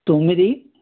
తొమ్మిది